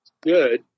good